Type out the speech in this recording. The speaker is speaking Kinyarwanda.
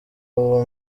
uwo